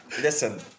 Listen